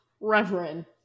Reverend